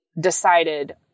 decided